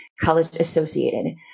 college-associated